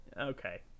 Okay